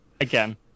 Again